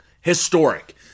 historic